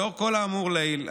לאור כל האמור לעיל,